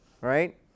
right